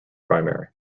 primary